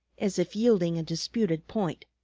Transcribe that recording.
as if yielding a disputed point.